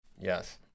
yes